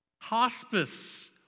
Hospice